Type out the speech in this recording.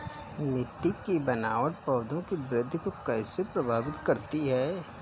मिट्टी की बनावट पौधों की वृद्धि को कैसे प्रभावित करती है?